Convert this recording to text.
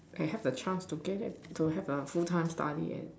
I have a chance to get it to have a full time study at